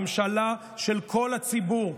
ממשלה של כל הציבור,